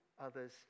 others